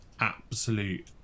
absolute